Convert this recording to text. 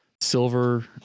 silver